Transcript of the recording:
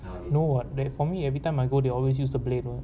no what that for me everytime I go they always use the blade what